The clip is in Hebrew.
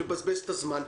לבזבז את הזמן.